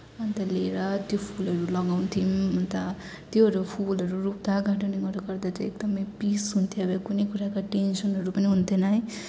अन्त लिएर त्यो फुलहरू लगाउँथ्यौँ अनि त त्योहरू फुलहरू रोप्दा गार्डनिङहरू गर्दा चाहिँ एकदमै पिस हुन्थ्यो अब कुनै कुराको टेन्सनहरू पनि हुन्थेन है